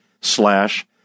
slash